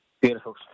Beautiful